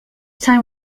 time